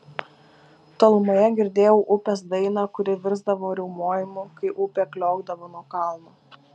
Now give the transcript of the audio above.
tolumoje girdėjau upės dainą kuri virsdavo riaumojimu kai upė kliokdavo nuo kalno